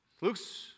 Luke's